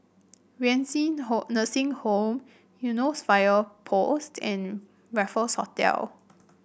Renci Nursing Home Eunos Fire Post and Raffles Hotel